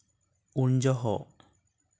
ᱩᱱ ᱡᱚᱦᱚᱜ